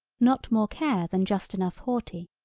not more care than just enough haughty.